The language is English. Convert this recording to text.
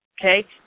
Okay